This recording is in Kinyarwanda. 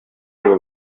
sibo